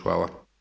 Hvala.